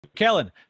Kellen